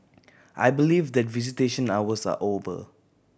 I believe that visitation hours are over